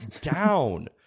down